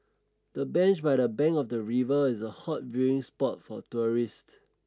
the bench by the bank of the river is a hot viewing spot for tourists